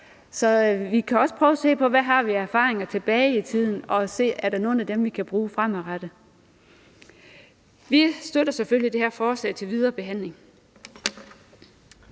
Så vi kan også prøve at se på, hvad vi har af erfaringer tilbage i tiden, og om der er nogle af dem, vi kan bruge fremadrettet. Vi støtter selvfølgelig det her forslag. Kl.